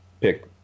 pick